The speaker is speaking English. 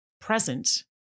present